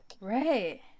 right